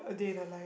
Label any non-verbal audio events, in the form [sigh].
[breath]